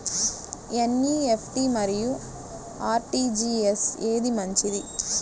NEFT మరియు RTGS ఏది మంచిది?